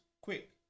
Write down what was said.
Quick